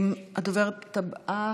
הדוברת הבאה,